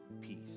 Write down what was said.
peace